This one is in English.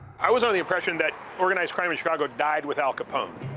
i was under the impression that organized crime in chicago died with al capone.